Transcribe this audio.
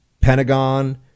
Pentagon